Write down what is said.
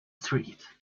street